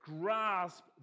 grasp